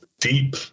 deep